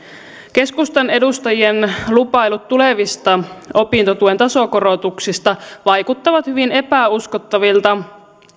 keskustan edustajien lupailut tulevista opintotuen tasokorotuksista vaikuttavat hyvin epäuskottavilta